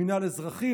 מינהל אזרחי,